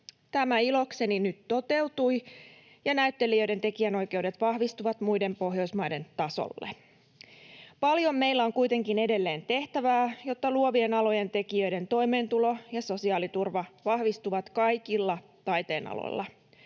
Tämä ilokseni nyt toteutui, ja näyttelijöiden tekijänoikeudet vahvistuvat muiden Pohjoismaiden tasolle. Paljon meillä on kuitenkin edelleen tehtävää, jotta luovien alojen tekijöiden toimeentulo ja sosiaaliturva vahvistuvat kaikilla taiteenaloilla.